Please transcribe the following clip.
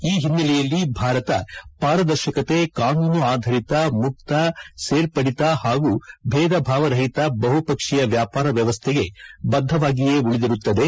ಈ ಹಿನ್ನೆಲೆಯಲ್ಲಿ ಭಾರತ ಪಾರದರ್ಶಕತೆ ಕಾನೂನು ಆಧರಿತ ಮುಕ್ತ ಸೇರ್ಪಡಿತ ಹಾಗೂ ಭೇದ ಭಾವ ರಹಿತ ಬಹುಪಕ್ಷೀಯ ವ್ಯಾಪಾರ ವ್ಯವಸ್ಥೆಗೆ ಬದ್ದವಾಗಿಯೇ ಉಳಿದಿರುತ್ತದೆ